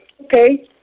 okay